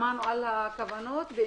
שמענו את הכוונות ממשרד ראש הממשלה והאוצר,